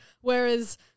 Whereas